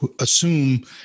assume